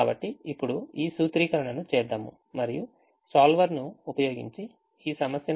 కాబట్టి ఇప్పుడు ఈ సూత్రీకరణ ను చేద్దాం మరియు solver ను ఉపయోగించి ఈ సమస్యను పరిష్కరించడానికి ప్రయత్నిద్దాం